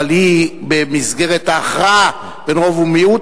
אבל היא במסגרת ההכרעה בין רוב ומיעוט,